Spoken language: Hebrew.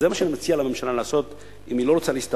וזה מה שאני מציע לממשלה לעשות אם היא לא רוצה להסתבך.